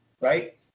Right